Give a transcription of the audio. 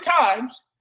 times